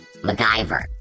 MacGyver